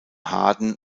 harden